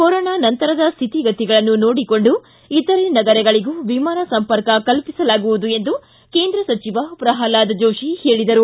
corona ನಂತರದ ಸ್ವತಿ ಗತಿಗಳನ್ನು ನೋಡಿಕೊಂಡು ಇತರೆ ನಗರಗಳಗೂ ವಿಮಾನ ಸಂಪರ್ಕ ಕಲ್ಪಿಸಲಾಗುವುದು ಎಂದು ಕೇಂದ್ರ ಸಚಿವ ಪ್ರಹ್ಲಾದ್ ಜೋತಿ ಹೇಳಿದರು